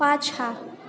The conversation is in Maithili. पाछाँ